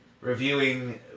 reviewing